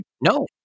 No